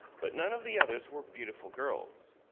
but none of the others were beautiful girls.